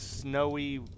snowy